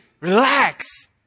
relax